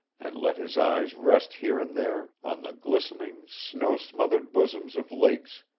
and let his eyes rest here and there on the glistening, snow-smothered bosoms of lakes,